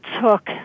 took